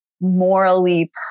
morally